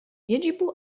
يجب